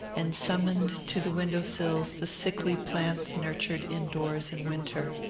and summoned to the window-sills the sickly plants nurtured indoors in winter.